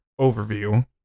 overview